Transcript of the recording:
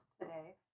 today